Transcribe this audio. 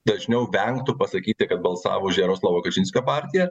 dažniau vengtų pasakyti kad balsavo už jaroslavo kačinskio partiją